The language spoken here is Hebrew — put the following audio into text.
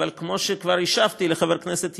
אבל כמו שכבר השבתי לחבר הכנסת ילין,